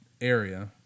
area